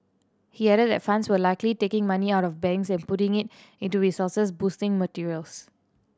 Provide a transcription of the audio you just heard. he added that funds were likely taking money out of banks and putting it into resources boosting materials